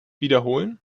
wiederholen